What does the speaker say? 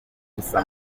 gusa